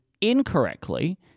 incorrectly